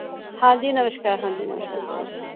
ਹਾਂਜੀ ਨਮਸਕਾਰ ਹਾਂਜੀ ਨਮਸਕਾਰ ਸਰ